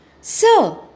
Sir